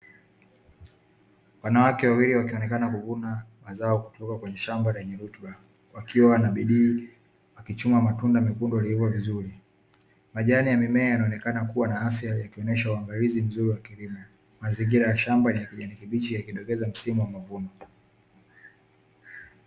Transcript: Wanawake wawili wakionekana kuvuna mazao kutoka kwenye shamba lenye rutuba, wakiwa na bidii wakichuma matunda mekundu yaliyoiva vizuri, majani ya mimea yanaonekana kuwa na afya yakionesha uangalizi mzuri wa kilimo, mazingira ya shamba ni ya kijani kibichi yakidokeza msimu wa mavuno.